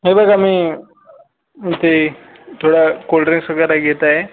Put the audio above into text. हे बघा मी नुसते थोडं कोल्ड ड्रिंक्स वगैरे घेत आहे